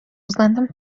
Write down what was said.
względem